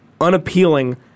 unappealing